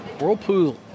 Whirlpool